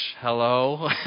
hello